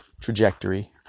trajectory